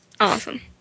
Awesome